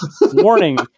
Warning